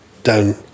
down